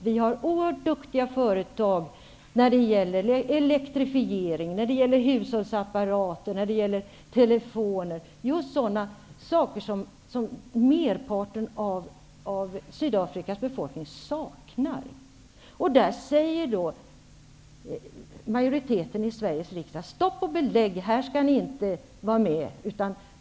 Vi har oerhört duktiga företag när det gäller elektrifiering, hushållsapparater och telefoner, just sådant som merparten av Sydafrikas befolkning saknar. Majoriteten i Sveriges riksdag säger: Stopp och belägg! Här skall ni inte vara med.